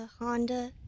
Honda